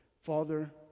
Father